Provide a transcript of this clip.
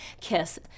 Kiss